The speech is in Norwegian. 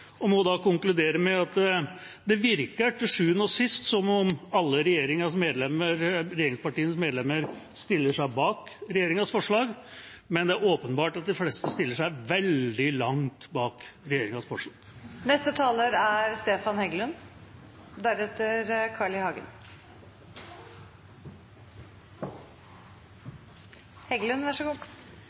og må konkludere med – virker det til sjuende og sist som om alle regjeringspartienes medlemmer stiller seg bak regjeringas forslag, men det er åpenbart at de fleste stiller seg veldig langt bak regjeringas forslag. Jeg er litt overrasket over Arbeiderpartiets retorikk i denne saken. Det er vel ingen partier som har en så